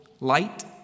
light